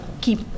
keep